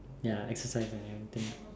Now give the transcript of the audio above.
ya exercise and everything ah